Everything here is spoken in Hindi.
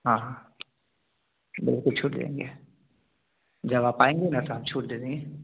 हाँ हाँ बिल्कुल छूट देंगे जब आप आएँगे ना तो हम छूट दे देंगे